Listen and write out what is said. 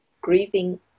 grieving